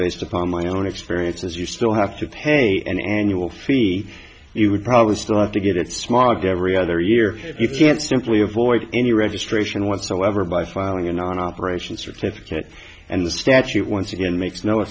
based upon my own experience as you still have to pay an annual fee you would probably still have to get it smog every other year if you can simply avoid any registration whatsoever by filing a non operation certificate and the statute once again makes no